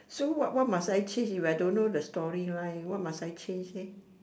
so what what must I change if I don't know the story line what must I change eh